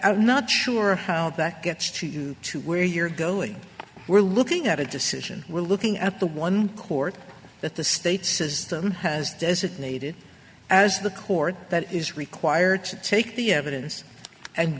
i'm not sure how that gets to you to where you're go and we're looking at a decision we're looking at the one court that the state system has designated as the court that is required to take the evidence and